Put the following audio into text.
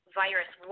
virus